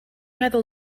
meddwl